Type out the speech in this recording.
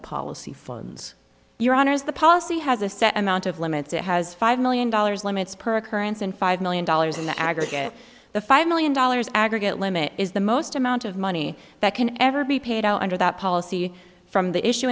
policy phones your honour's the policy has a set amount of limits it has five million dollars limits per occurrence and five million dollars in the aggregate the five million dollars aggregate limit is the most amount of money that can ever be paid out under that policy from the